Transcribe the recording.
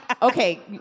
Okay